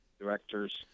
directors